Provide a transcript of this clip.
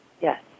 Yes